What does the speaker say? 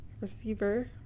receiver